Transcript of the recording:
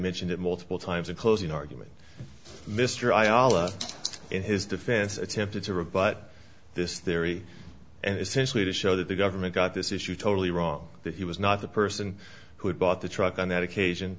mentioned it multiple times in closing argument mr i allah in his defense attempted to rebut this theory and essentially to show that the government got this issue totally wrong that he was not the person who had bought the truck on that